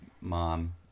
mom